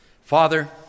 Father